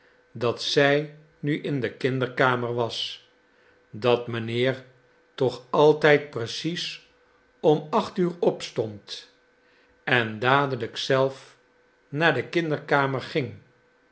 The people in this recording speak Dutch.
dat zij nu in de kinderkamer was dat mijnheer toch altijd precies om acht uur opstond en dadelijk zelf naar de kinderkamer ging